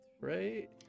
right